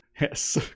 Yes